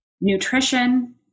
nutrition